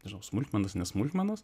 nežinau smulkmenas nesmulkmenas